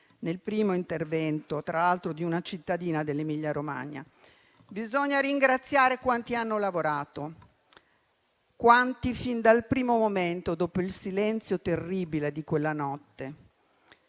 nel primo intervento, tra l'altro di una cittadina dell'Emilia-Romagna), ringraziare quanti fin dal primo momento, dopo il silenzio terribile di quella notte,